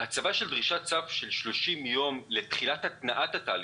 הצבה של דרישת צו במשך 30 ימים לתחילת התנעת התהליך,